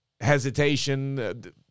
hesitation